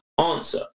answer